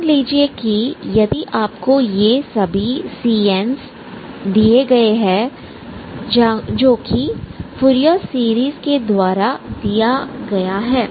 मान लीजिए कि यदि आपको ये सभी Cns दिए गए हैं जोकि फूरियर सीरीज़ के द्वारा दिया गया है